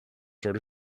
sort